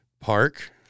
Park